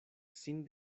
sin